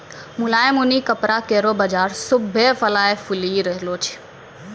मुलायम ऊनी कपड़ा केरो बाजार खुभ्भे फलय फूली रहलो छै